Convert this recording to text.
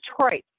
Detroit